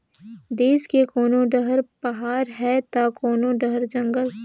देस के कोनो डहर पहाड़ हे त कोनो डहर जंगल